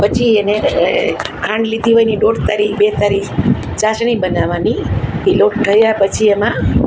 પછી એને ખાંડ લીધી હોય એની દોઢ તારી બે તારી ચાસણી બનાવવાની એ લોટ ઠર્યા પછી એમાં